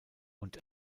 und